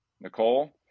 Nicole